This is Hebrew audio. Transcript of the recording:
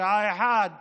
שעה 13:00,